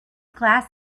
glass